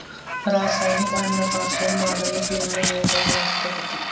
रासायनिक अन्नापासून मानवी जीवन रोगग्रस्त होते